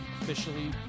officially